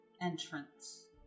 entrance